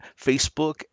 Facebook